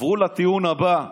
עברו לטיעון הבא,